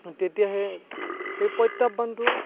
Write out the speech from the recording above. তেতিয়াহে সেই প্ৰত্য়াহ্বানটো